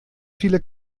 viele